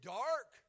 dark